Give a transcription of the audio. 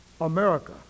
America